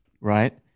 right